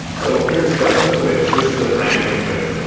so here's the quiz. this is a branding quiz.